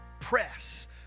Press